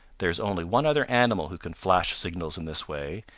there is only one other animal who can flash signals in this way,